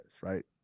right